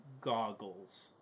goggles